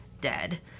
dead